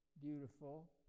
beautiful